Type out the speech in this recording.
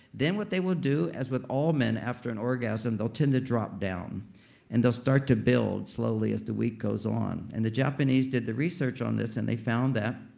then what they will do, as with all men after an orgasm, they'll tend to drop down and they'll start to build slowly as the week goes on and the japanese did the research on this and they found that,